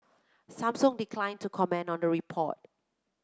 Samsung declined to comment on the report